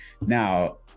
Now